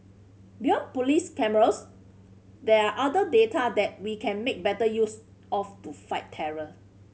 beyond police cameras there are other data that we can make better use of to fight terror